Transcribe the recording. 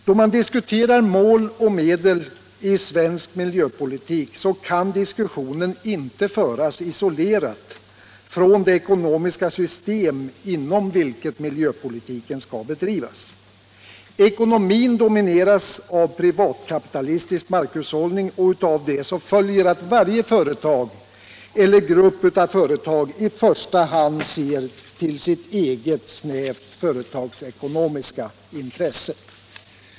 Då man diskuterar mål och medel i svensk miljöpolitik kan diskussionen inte föras isolerat från det ekonomiska system inom vilket miljöpolitiken skall bedrivas. Ekonomin domineras av privatkapitalistisk marknadshushållning, och av detta följer att varje företag eller grupp av företag i första hand ser till sitt eget snävt företagsekonomiska intresse.